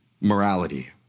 morality